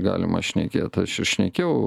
galima šnekėt aš ir šnekėjau